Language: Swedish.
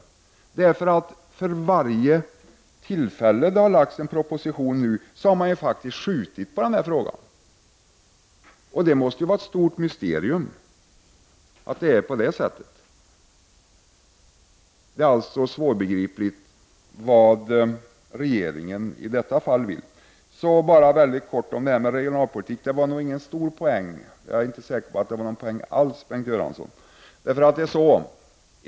Varje gång det har lagts fram en proposition har regeringen faktiskt skjutit på den frågan. Då måste det vara ett stort mysterium att det är på det sättet. Det är alltså svårbegripligt vad regeringen i detta fall vill. Så bara väldigt kort om regionalpolitik. Det var nog ingen stor poäng — jag är inte säker på att det var någon poäng alls, Bengt Göransson.